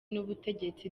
n’ubutegetsi